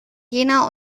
jena